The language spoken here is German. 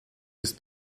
ist